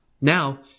Now